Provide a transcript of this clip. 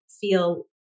feel